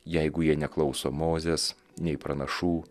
jeigu jie neklauso mozės nei pranašų